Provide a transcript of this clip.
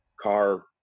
car